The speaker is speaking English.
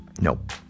Nope